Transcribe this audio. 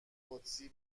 قدسی